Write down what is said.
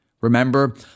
Remember